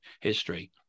history